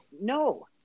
no